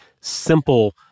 simple